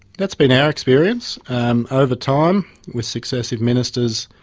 that's been our experience um over time with excessive ministers,